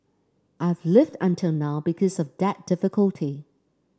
I've lived until now because of that difficulty